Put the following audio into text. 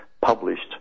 published